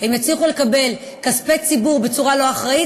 הם יצליחו לקבל כספי ציבור בצורה לא אחראית,